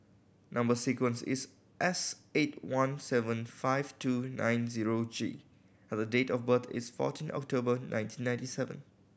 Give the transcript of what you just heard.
number sequence is S eight one seven five two nine zero G and the date of birth is fourteen October nineteen ninety seven